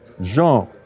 Jean